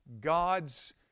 God's